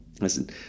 Listen